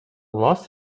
los